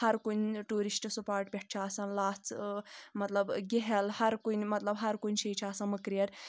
ہر کُنہِ tourist spot پؠٹھ چھِ آسان لَژھ مطلب گَیہَل ہَر کُنہِ مطلب ہَر کُنہِ جایہِ چھِ آسان مٔکریٚر